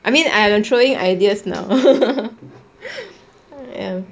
I mean I'm throwing ideas now